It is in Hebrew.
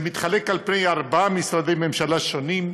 זה מתחלק בין ארבעה משרדי ממשלה שונים,